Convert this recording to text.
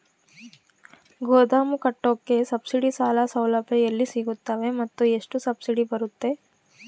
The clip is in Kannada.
ಗೋದಾಮು ಕಟ್ಟೋಕೆ ಸಬ್ಸಿಡಿ ಸಾಲ ಸೌಲಭ್ಯ ಎಲ್ಲಿ ಸಿಗುತ್ತವೆ ಮತ್ತು ಎಷ್ಟು ಸಬ್ಸಿಡಿ ಬರುತ್ತೆ?